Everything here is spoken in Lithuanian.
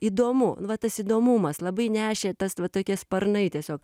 įdomu nu va tas įdomumas labai nešė tas va tokie sparnai tiesiog